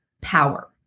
power